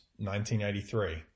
1983